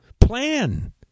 Plan